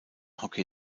hockey